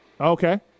Okay